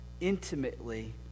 intimately